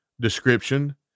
description